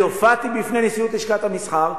אני הופעתי בפני נשיאות לשכות המסחר,